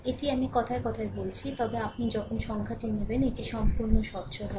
এটি আমি কথায় কথায় বলছি তবে আপনি যখন সংখ্যাটি নেবেন এটি সম্পূর্ণ স্বচ্ছ হবে